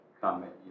comment